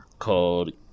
Called